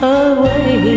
away